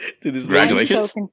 Congratulations